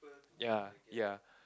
ya ya